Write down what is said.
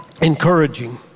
encouraging